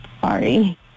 sorry